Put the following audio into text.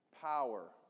power